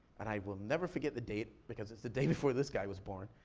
and i will never forget the day, because it's the day before this guy was born.